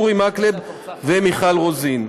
אורי מקלב ומיכל רוזין.